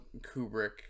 Kubrick